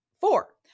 four